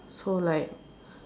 so like